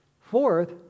Fourth